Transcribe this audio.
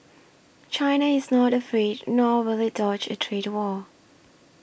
China is not afraid nor will it dodge a trade war